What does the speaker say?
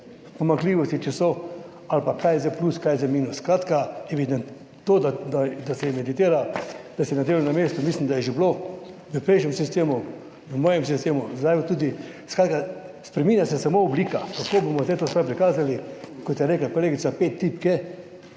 pomanjkljivosti, če so ali pa kaj je zdaj plus, kaj je zdaj minus. Skratka, evident…, to, da se evidentira, da si na delovnem mestu, mislim, da je že bilo v prejšnjem sistemu, v mojem sistemu, zdaj pa tudi, skratka spreminja se samo oblika, kako bomo zdaj to stvar prikazali, kot je rekla kolegica, pet tipk